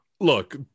look